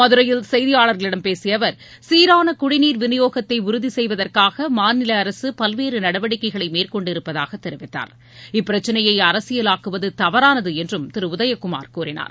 மதுரையில் செய்தியாளர்களிடம் பேசிய அவர் சீரான குடிநீர் விநியோகத்தை உறுதி செய்வதற்காக மாநில அரசு பல்வேறு நடவடிக்கைகளை மேற்கொண்டிருப்பதாக தெரிவித்தாா் இப்பிரச்சினையை அரசியலாக்குவது தவறானது என்றும் திரு உதயகுமார் கூறினார்